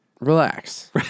relax